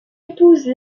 épouse